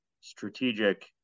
strategic